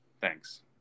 thanks